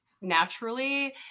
naturally